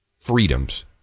freedoms